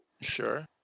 Sure